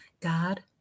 God